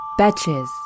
Betches